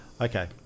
Okay